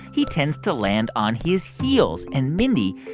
he tends to land on his heels. and, mindy,